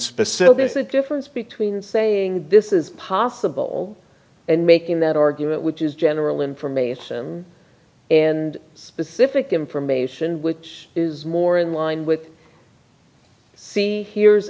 specific there's a difference between saying this is possible and making that argument which is general information and specific information which is more in line with see here's